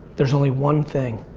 there's only one thing,